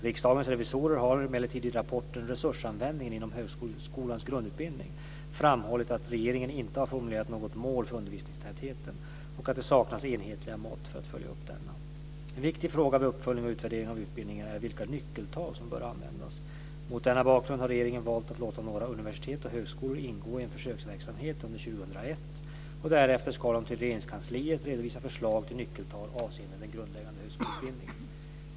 Riksdagens revisorer har emellertid i rapporten Resursanvändningen inom högskolans grundutbildning framhållit att regeringen inte har formulerat något mål för undervisningstätheten och att det saknas enhetliga mått för att följa upp denna. En viktig fråga vid uppföljning och utvärdering av utbildningen är vilka nyckeltal som bör användas. Mot denna bakgrund har regeringen valt att låta några universitet och högskolor ingå i en försöksverksamhet under 2001, och därefter ska de till Regeringskansliet redovisa förslag till nyckeltal avseende den grundläggande högskoleutbildningen.